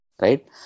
right